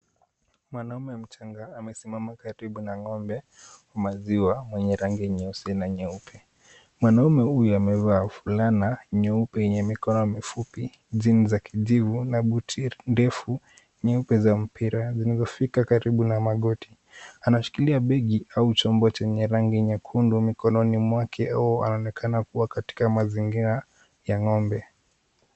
Mwanamume mchanga amesimama karibu na ng'ombe wa maziwa mwenye rangi nyeusi na nyeupe, mwanamume huyu amevaa fulana nyeupe yenye mikono mifupi, jeans za kijivu na buti ndefu nyeupe za mpira zinazofika karibu na magoti, anashikilia begi au chombo chenye rangi nyekundu mikononi mwake au anaonekana kuwa katika mazingira ya ng'ombe.